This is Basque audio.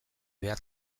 behar